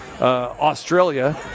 Australia